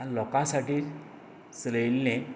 लोकां साठी चलयल्ले